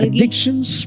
Addictions